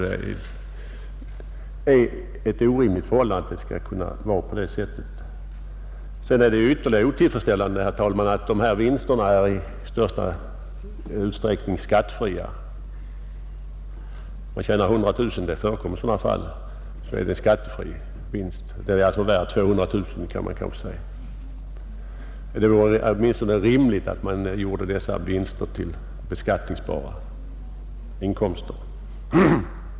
Det är ett orimligt förhållande. Än mer otillfredsställande är att dessa vinster i största utsträckning är skattefria. En vinst på 100 000 — sådana förekommer — kan alltså sägas vara värd 200 000. Det vore rimligt att dessa vinster åtminstone betraktades som beskattningsbara inkomster.